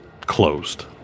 closed